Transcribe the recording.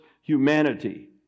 humanity